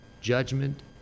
JUDGMENT